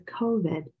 COVID